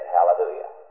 Hallelujah